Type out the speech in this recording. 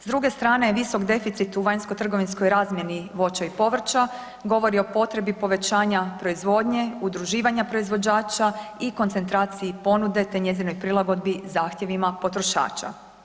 S druge strane, visok deficit u vanjsko-trgovinskoj razmjeni voća i povrća govori o potrebi povećanja proizvodnje, udruživanja proizvođača i koncentraciji ponude te njezinoj prilagodbi zahtjevima potrošača.